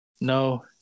No